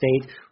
State